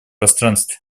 пространстве